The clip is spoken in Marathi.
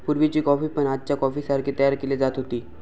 पुर्वीची कॉफी पण आजच्या कॉफीसारखी तयार केली जात होती